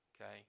okay